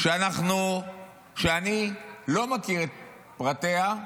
שאני לא מכיר את פרטיה,